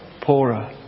poorer